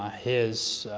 his